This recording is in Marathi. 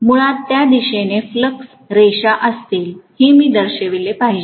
मुळात त्या दिशेने फ्लक्स रेषा असतील हे मी दर्शविले पाहिजे